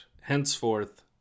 Henceforth